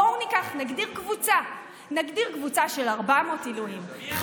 בואו נגדיר קבוצה של 400 עילויים,